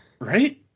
Right